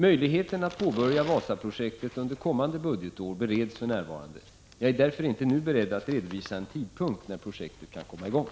Möjligheten att påbörja Wasaprojektet under kommande budgetår bereds för närvarande. Jag är därför inte nu beredd att redovisa en tidpunkt när projektet kan komma i gång.